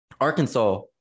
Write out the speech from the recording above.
Arkansas